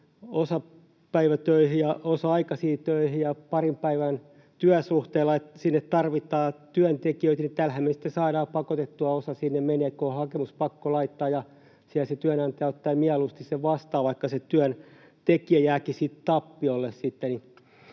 osa-aikaisiin töihin ja parin päivän työsuhteilla. Sinne tarvitaan työntekijöitä, ja tällähän me sitten saadaan pakotettua osa sinne menemään, kun on hakemus pakko laittaa ja siellä se työnantaja ottaa mieluusti sen vastaan, vaikka se työntekijä jääkin siitä tappiolle